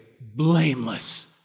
blameless